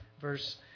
verse